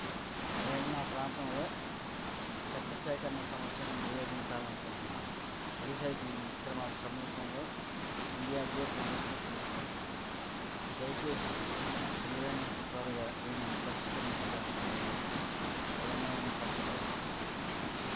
నేను నా ప్రాంతంలో చెత్త సేకరణ సమస్యను నివేదించాలనుకుంటున్నాను రీసైక్లింగ్ మిశ్రమాలు సమీపంలో ఇండియా గేట్ ఉన్నట్లు తెలుస్తోంది దయచేసి వీలైనంత త్వరగా దీనిని పరిష్కరించడానికి మీరు ఎవరినైనా పంపగలరా